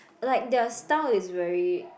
like their style is very